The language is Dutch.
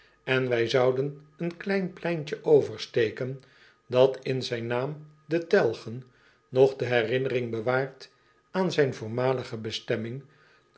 en wij zouden een klein pleintje oversteken dat in zijn naam de elgen nog de herinnering bewaart aan zijn voormalige bestemming